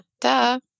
duh